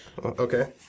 Okay